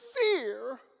fear